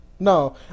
No